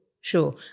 sure